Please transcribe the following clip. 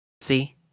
See